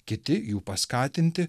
kiti jų paskatinti